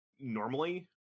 normally